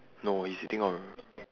no he's sitting on